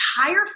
entire